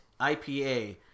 IPA